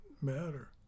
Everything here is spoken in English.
matter